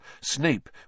Snape